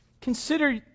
Consider